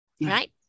right